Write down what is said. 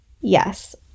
Yes